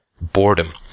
boredom